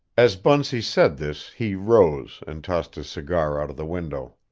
as bunsey said this he rose and tossed his cigar out of the window.